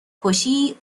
کشی